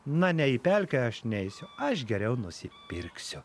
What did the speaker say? na ne į pelkę aš neisiu aš geriau nusipirksiu